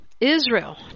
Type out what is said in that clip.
Israel